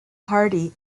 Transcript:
hardy